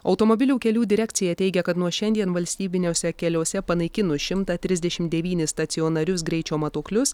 automobilių kelių direkcija teigia kad nuo šiandien valstybiniuose keliuose panaikinus šimtą trisdešimt devynis stacionarius greičio matuoklius